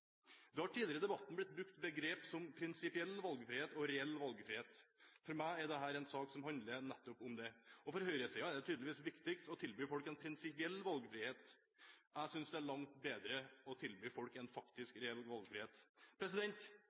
Det har tidligere i debatten blitt brukt begrep som «prinsipiell valgfrihet» og «reell valgfrihet». For meg er dette en sak som handler nettopp om det. For høyresiden er det tydeligvis viktigst å tilby folk en prinsipiell valgfrihet. Jeg synes det er langt bedre å tilby folk en faktisk, reell valgfrihet.